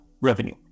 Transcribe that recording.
revenue